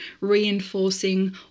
reinforcing